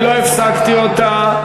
אני לא הפסקתי אותה.